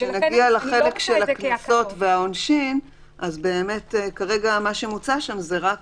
כשנגיע לחלק של הקנסות והעונשין נראה שכרגע מה שמוצע שם זה רק